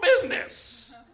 business